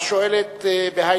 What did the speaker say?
השואלת בהאי